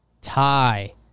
Tie